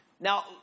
Now